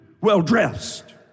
well-dressed